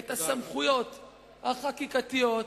את הסמכויות החקיקתיות,